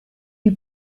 you